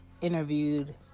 interviewed